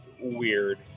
weird